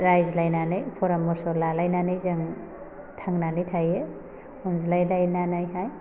रायज्लायनानै फरामस' लालायनानै जों थांनानै थायो अनज्लायलायनानैहाय